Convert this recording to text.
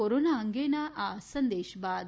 corona અંગેના આ સંદેશ બાદ